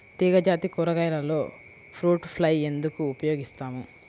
తీగజాతి కూరగాయలలో fruit fly ఎందుకు ఉపయోగిస్తాము?